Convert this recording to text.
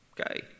okay